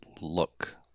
look